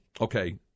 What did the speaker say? okay